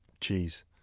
cheese